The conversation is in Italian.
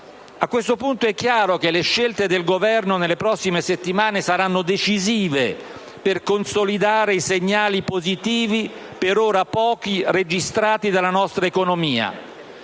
A questo punto è chiaro che le scelte del Governo nelle prossime settimane saranno decisive per consolidare i segnali positivi, per ora pochi, registrati dalla nostra economia.